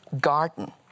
garden